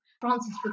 Francis